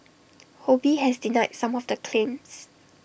ho bee has denied some of the claims